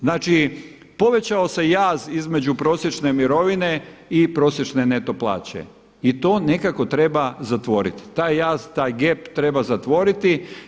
Znači povećao se jaz između prosječne mirovine i prosječne neto plaće i to nekako treba zatvoriti, taj jaz, taj gep treba zatvoriti.